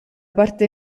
parte